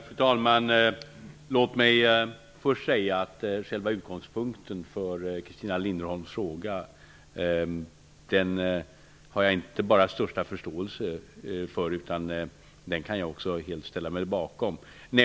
Fru talman! Låt mig först säga att jag inte bara har största förståelse för Christina Linderholms interpellation, utan att jag också helt kan ställa mig bakom själva utgångspunkten för den.